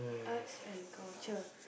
arts and culture